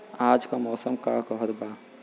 आज क मौसम का कहत बा?